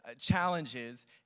challenges